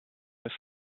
his